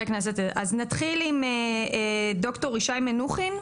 אז נתחיל עם ד"ר ישי מנוחין.